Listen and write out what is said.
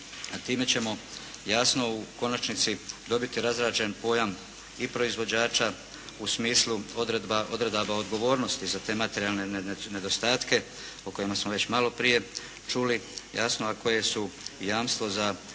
a time ćemo jasno u konačnici dobiti razrađen pojam i proizvođača u smislu odredaba odgovornosti za te materijalne nedostatke o kojima smo već maloprije čuli jasno a koje su jamstvo za